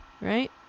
right